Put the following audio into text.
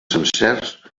sencers